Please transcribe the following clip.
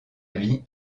vie